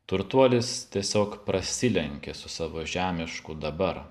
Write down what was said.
turtuolis tiesiog prasilenkė su savo žemišku dabar